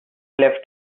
left